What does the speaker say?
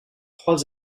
trois